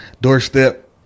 doorstep